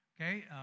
okay